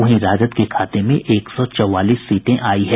वहीं राजद के खाते में एक सौ चौवालीस सीटें आयी है